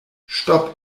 stop